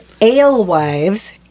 alewives